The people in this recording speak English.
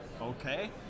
Okay